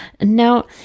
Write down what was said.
Now